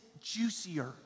juicier